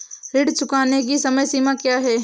ऋण चुकाने की समय सीमा क्या है?